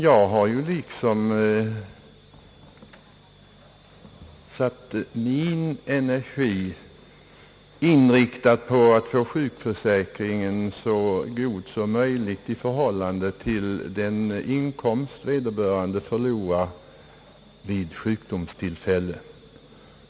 Jag har ju inriktat min energi på att få sjukersättningen så god som möjligt i förhållande till den inkomst vederbörande förlorar vid sjukdomstillfället.